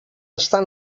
estan